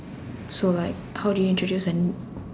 so like how do you introduce a n~